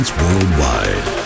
worldwide